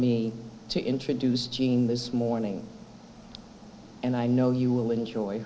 me to introduce jean this morning and i know you will enjoy